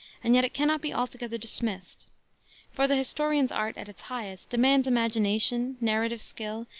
and yet it cannot be altogether dismissed for the historian's art at its highest demands imagination, narrative skill,